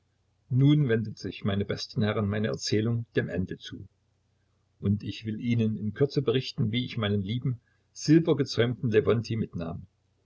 nun wendet sich meine besten herren meine erzählung dem ende zu und ich will ihnen in kürze berichten wie ich meinen lieben silbergezäumten lewontij mitnahm